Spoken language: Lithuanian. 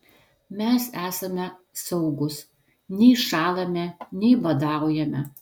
mes esame saugūs nei šąlame nei badaujame